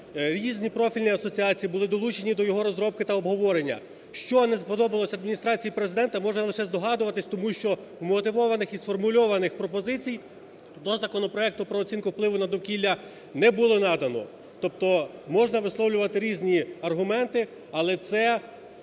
різні профільні асоціації були долучені до його розробки та обговорення. Що не сподобалось Адміністрації Президента можна лише здогадуватись, тому що вмотивованих і сформульованих пропозицій до законопроекту про оцінку впливу на довкілля не було надано. Тобто можна висловлювати різні аргументи, але це